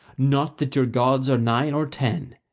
not that your gods are nine or ten,